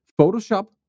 Photoshop